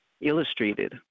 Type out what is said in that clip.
Illustrated